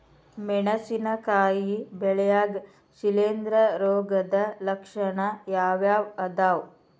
ಮೆಣಸಿನಕಾಯಿ ಬೆಳ್ಯಾಗ್ ಶಿಲೇಂಧ್ರ ರೋಗದ ಲಕ್ಷಣ ಯಾವ್ಯಾವ್ ಅದಾವ್?